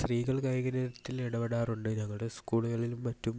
സ്ത്രീകൾ കായിക ഇനത്തിൽ ഇടപെടാറുണ്ട് ഞങ്ങളുടെ സ്കൂളുകളിലും മറ്റും